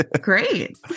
Great